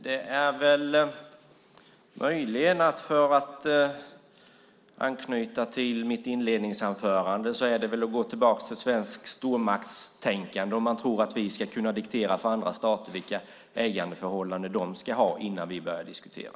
Det är möjligen, för att anknyta till mitt inledningsanförande, att gå tillbaka till svenskt stormaktstänkande om man tror att vi ska kunna diktera för andra stater vilka ägandeförhållanden de ska ha innan vi börjar diskutera.